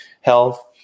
health